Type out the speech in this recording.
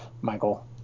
Michael